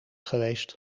geweest